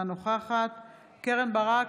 אינה נוכחת קרן ברק,